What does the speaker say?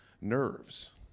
nerves